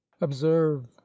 observe